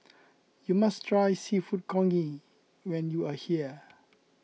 you must try Seafood Congee when you are here